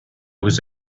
was